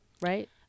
right